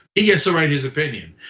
he has to write his opinion.